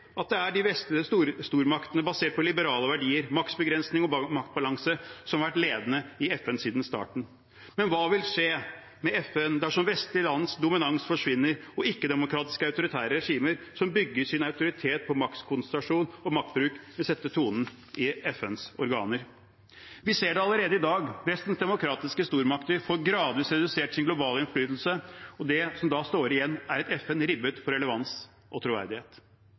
at det er de vestlige stormaktene basert på de liberale verdiene, maktbegrensninger og maktbalanse som har vært ledende i FN siden starten. Men hva vil skje med FN dersom vestlige lands dominans forsvinner og ikke-demokratiske autoritære regimer som bygger sin autoritet på maktkonsentrasjon og maktbruk, setter tonen i FNs organer? Vi ser det allerede i dag. Vestens demokratiske stormakter får gradvis redusert sin globale innflytelse, og det som da står igjen, er et FN ribbet for relevans og troverdighet.